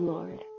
Lord